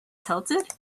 tilted